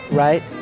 right